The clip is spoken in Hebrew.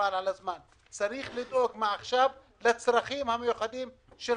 צריך לדאוג מעכשיו לצרכים המיוחדים של